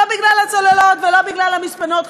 לא בגלל הצוללות ולא בגלל המספנות,